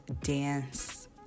dance